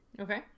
okay